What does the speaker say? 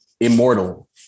immortal